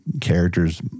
characters